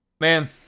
man